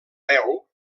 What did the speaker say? veu